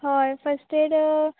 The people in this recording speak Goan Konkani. हय फस्ट एड